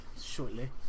shortly